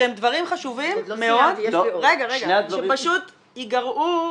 שהם דברים חשובים מאוד שפשוט יגרעו,